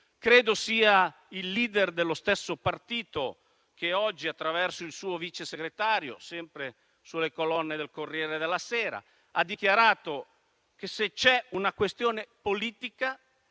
Credo sia il *leader* dello stesso partito che oggi, attraverso il suo vicesegretario, sempre sulle colonne del «Corriere della Sera», ha dichiarato che se c'è una questione politica